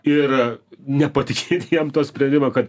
ir nepatikėti jam to sprendimo kad